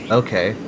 okay